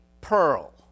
pearl